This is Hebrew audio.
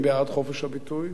אני בעד חופש הביטוי,